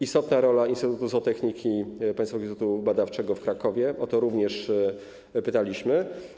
Istotna rola Instytutu Zootechniki Państwowego Instytutu Badawczego w Krakowie - o to również pytaliśmy.